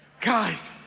Guys